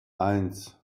eins